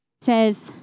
says